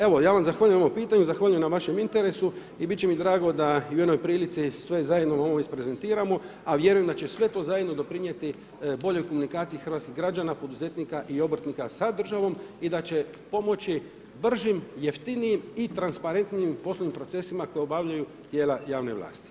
Evo ja vam zahvaljujem na ovom pitanju, zahvaljujem na vašem interesu i bit će mi drago da u jednoj prilici sve zajedno ovo isprezentiramo, a vjerujem da će sve to zajedno doprinijeti boljoj komunikaciji hrvatskih građana, poduzetnika i obrtnika sa državom i da će pomoći bržim, jeftinijim i transparentnijim poslovnim procesima koje obavljaju tijela javne vlasti.